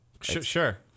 sure